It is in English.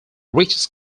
richest